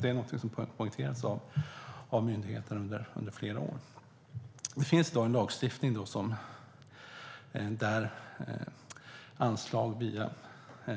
Det är någonting som poängterats av myndigheten under flera år. Det finns i dag en lagstiftning där anslag via